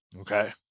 Okay